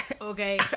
Okay